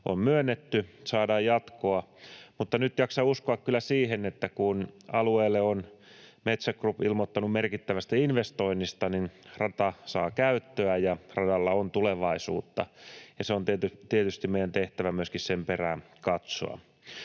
on myönnetty, saadaan jatkoa, mutta nyt jaksan uskoa kyllä siihen, että kun alueelle on Metsä Group ilmoittanut merkittävästä investoinnista, niin rata saa käyttöä ja radalla on tulevaisuutta, ja on tietysti meidän tehtävä myöskin sen perään katsoa.